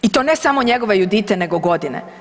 I to ne samo njegove Judite, nego godine.